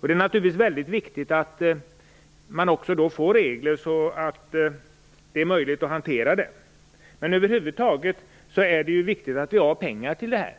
Det är naturligtvis väldigt viktigt att man också får regler som gör det möjligt att hantera det. Över huvud taget är det viktigt att vi har pengar till det.